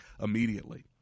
immediately